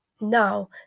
now